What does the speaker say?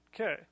Okay